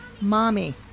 mommy